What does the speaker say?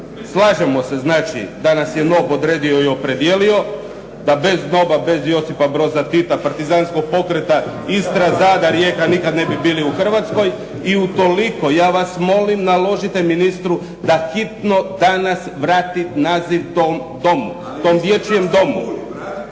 Slažemo se znači da nas je NOB odredio i opredijelio. Pa bez NOB-a, bez Josipa Broza Tita, partizanskog pokreta Istra, Zadar, Rijeka nikad ne bi bili u Hrvatskoj. I utoliko, ja vas molim, naložite ministru da hitno danas vrati naziv tom domu, tom dječjem domu.